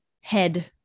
head